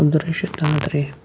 Abdur Rashid Tantray